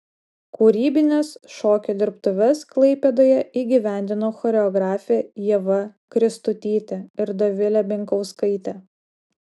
kūrybines šokio dirbtuves klaipėdoje įgyvendino choreografė ieva kristutytė ir dovilė binkauskaitė